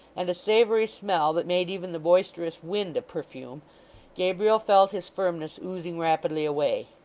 and a savoury smell that made even the boisterous wind a perfume gabriel felt his firmness oozing rapidly away.